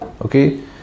okay